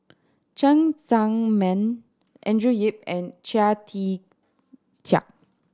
Cheng Tsang Man Andrew Yip and Chia Tee Chiak